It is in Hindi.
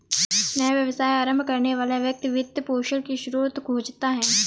नया व्यवसाय आरंभ करने वाला व्यक्ति वित्त पोषण की स्रोत खोजता है